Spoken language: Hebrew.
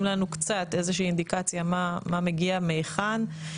לנו קצת איזושהי אינדיקציה מה מגיע ומהיכן.